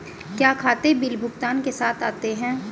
क्या खाते बिल भुगतान के साथ आते हैं?